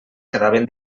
quedaven